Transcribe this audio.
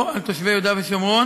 לא על תושבי יהודה ושומרון.